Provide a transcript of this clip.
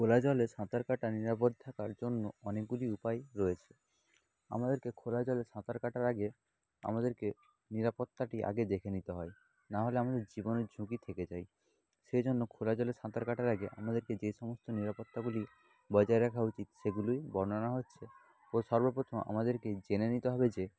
খোলা জলে সাঁতার কাটা নিরাপদ থাকার জন্য অনেকগুলি উপায় রয়েছে আমাদেরকে খোলা জলে সাঁতার কাটার আগে আমাদেরকে নিরাপত্তাটি আগে দেখে নিতে হয় নাহলে আমাদের জীবনের ঝুঁকি থেকে যায় সে জন্য খোলা জলে সাঁতার কাটার আগে আমাদেরকে যে সমস্ত নিরাপত্তাগুলি বজায় রাখা উচিত সেগুলির বর্ণনা হচ্ছে সর্বপ্রথম আমাদেরকে জেনে নিতে হবে যে